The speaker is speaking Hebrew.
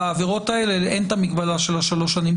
בעבירות האלה אין את המגבלה של השלוש שנים,